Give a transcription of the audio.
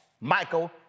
Michael